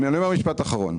אני אומר משפט אחרון.